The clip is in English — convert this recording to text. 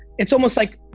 it's almost like,